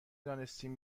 دانستیم